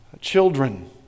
children